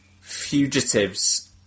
fugitives